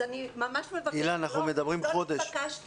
אנחנו מדברים כבר חודש.